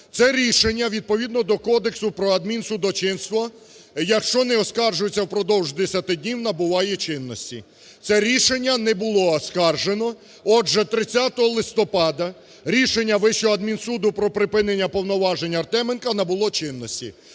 Це рішення відповідно до Кодексу про адмінсудочинство, якщо не оскаржуються впродовж 10 днів, набуває чинності. Це рішення не було оскаржено. Отже, 30 листопада рішення Вищого адмінсуду про припинення повноважень Артеменка набуло чинності.